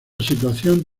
situación